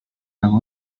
nagu